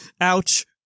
Ouch